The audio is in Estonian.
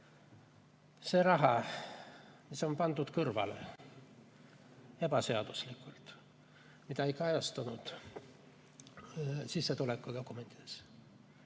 See raha on pandud kõrvale ebaseaduslikult, see ei kajastunud sissetulekudokumentides.